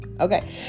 Okay